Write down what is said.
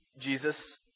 Jesus